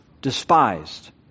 despised